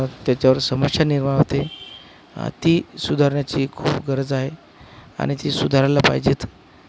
त्याच्यावर समस्या निर्माण होते ती सुधारण्याची खूप गरज आहे आणि ती सुधारायला पाहिजेच